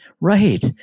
Right